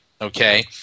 okay